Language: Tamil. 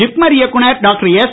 ஜிப்மர் இயக்குநர் டாக்டர் எஸ்